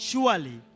Surely